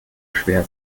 schwer